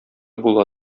була